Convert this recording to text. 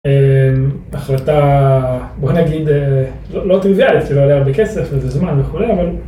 החלטה, בוא נגיד, לא טריוויאלית, כי זה עולה הרבה כסף וזה זמן וכולי, אבל.